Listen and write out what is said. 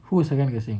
who is second guessing